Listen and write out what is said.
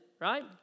Right